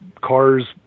cars